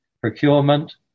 procurement